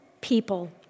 people